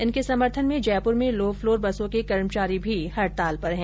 इनके समर्थन में जयपुर में लो फ्लोर बसों के कर्मचारी भी हड़ताल पर है